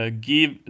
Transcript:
give